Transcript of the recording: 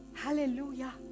hallelujah